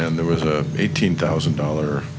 and there was a eighteen thousand dollar